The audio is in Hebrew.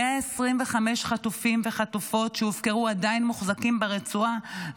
125 חטופים וחטופות שהופקרו עדיין מוחזקים ברצועה,